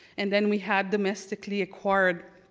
and then we had domestically acquired